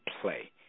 play